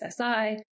SSI